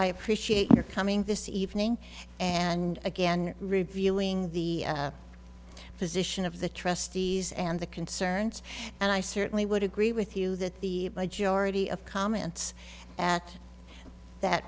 i appreciate your coming this evening and again reviewing the position of the trustees and the concerns and i certainly would agree with you that the majority of comments at that